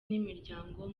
n’imiryango